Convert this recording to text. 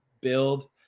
build